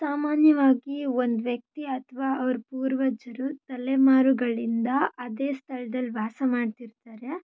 ಸಾಮಾನ್ಯವಾಗಿ ಒಂದು ವ್ಯಕ್ತಿ ಅಥವಾ ಅವ್ರ ಪೂರ್ವಜರು ತಲೆಮಾರುಗಳಿಂದ ಅದೇ ಸ್ಥಳದಲ್ಲಿ ವಾಸ ಮಾಡ್ತಿರ್ತಾರೆ